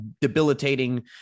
debilitating